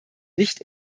nicht